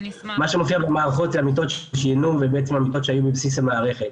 מה שמופיע במערכות זה המיטות ש --- ובעצם המיטות שהיו בבסיס המערכת.